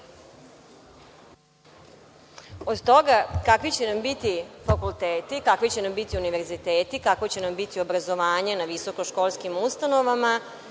Od toga kakvi će nam biti fakulteti, kakvi će nam biti univerziteti, kakvo će nam biti obrazovanje na visokoškolskim ustanovama